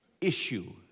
issue